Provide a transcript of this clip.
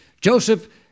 Joseph